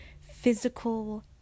physical